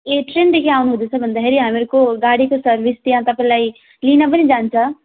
ए ट्रेनदेखि आउनु हुँदैछ भन्दाखेरि हामीहरूको गाडीको सर्विस त्यहाँ तपाईँलाई लिन पनि जान्छ